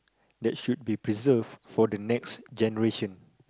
that should be preserved for the next generation